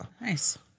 Nice